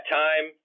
time